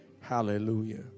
Hallelujah